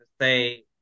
say